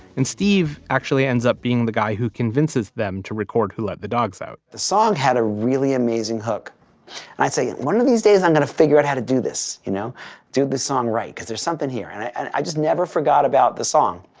and steve actually ends up being the guy who convinces them to record who let the dogs out the song had a really amazing hook and i'd say one of these days i'm going to figure out how to do this. you know do this song right. because there's something here. and i just never forgot about the song.